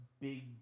big